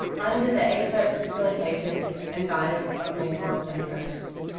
under the expert facilitation and guidance of mentors and coaches.